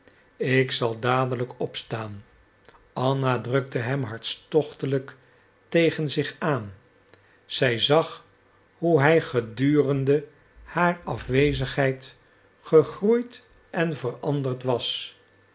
ik zal dadelijk opstaan anna drukte hem hartstochtelijk tegen zich aan zij zag hoe hij gedurende haar afwezigheid gegroeid en veranderd was